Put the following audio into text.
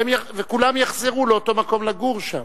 כולם יחזרו לאותו מקום, לגור שם.